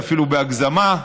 אפילו בהגזמה,